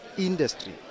industry